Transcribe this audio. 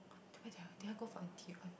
where did I go did I go for N_T_U one